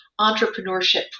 entrepreneurship